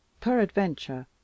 peradventure